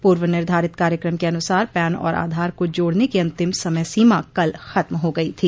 पूर्व निर्धारित कार्यक्रम के अनुसार पैन और आधार को जोड़ने की अंतिम समय सीमा कल खत्म हो गई थी